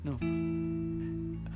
no